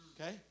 Okay